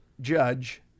judge